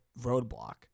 roadblock